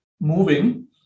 moving